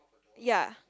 ya